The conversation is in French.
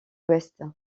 ouest